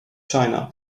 china